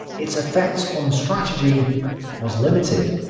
its effects on strategy was limited.